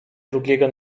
drugiego